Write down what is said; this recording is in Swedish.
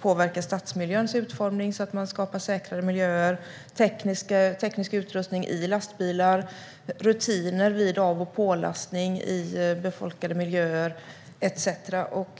påverka stadsmiljöns utformning så att man skapar säkrare miljöer, teknisk utrustning i lastbilar, rutiner vid av och pålastning i befolkade miljöer etcetera.